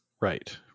Right